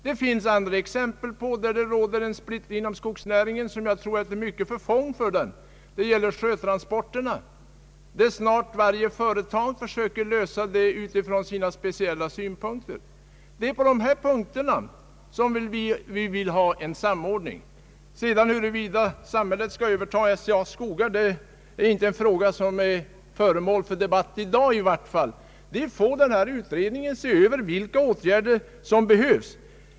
Det finns även andra exempel på en splittring inom skogsnäringen som jag tror är till mycket förfång. Jag kan nämna sjötransporterna, där snart sagt varje företag söker lösningar från sina speciella synpunkter. Det är på sådana punkter vi vill ha en samordning. Huruvida samhället skall övertaga SCA:s skogar, det är en fråga som inte är föremål för debatt, i varje fall inte i dag. Det blir utredningens sak att se över de åtgärder som behövs.